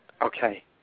Okay